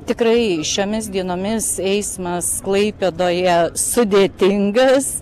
tikrai šiomis dienomis eismas klaipėdoje sudėtingas